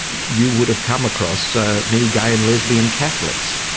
you would have come across ah many gay and lesbian catholics.